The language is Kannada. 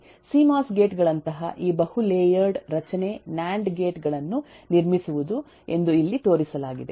ಸಿಮೋಸ್ ಗೇಟ್ ಗಳಂತಹ ಈ ಬಹು ಲೇಯರ್ಡ್ ರಚನೆ ನ್ಯಾಂಡ್ ಗೇಟ್ ಗಳುನ್ನು ನಿರ್ಮಿಸುವುದು ಎಂದು ಇಲ್ಲಿ ತೋರಿಸಲಾಗಿದೆ